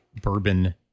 bourbon